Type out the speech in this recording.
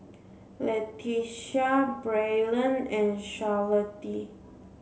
Letitia Braylen and Charlottie